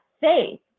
faith